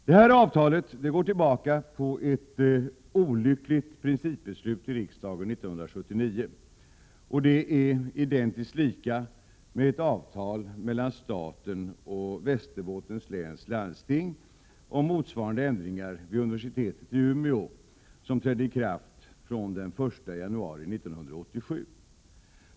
Det här avtalet går tillbaka på ett olyckligt principbeslut i riksdagen 1979. Det är identiskt lika med ett avtal mellan staten och Västerbottens läns landsting om motsvarande ändringar vid universitetet i Umeå som trädde i kraft den 1 januari 1987.